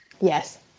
yes